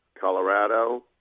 Colorado